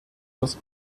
das